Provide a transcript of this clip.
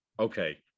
okay